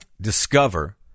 discover